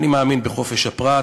אני מאמין בחופש הפרט